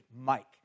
Mike